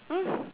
mm